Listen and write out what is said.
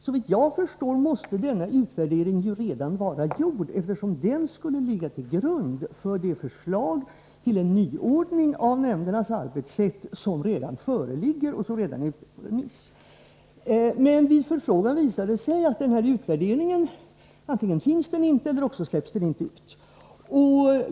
Såvitt jag förstår måste denna utvärdering redan vara gjord, eftersom den skulle ligga till grund för det förslag till en nyordning av nämndernas arbetssätt som nu föreligger och som är ute på remiss. Men vid förfrågningar får man svar som tyder på att utvärderingen antingen inte finns eller också inte släpps ut.